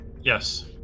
Yes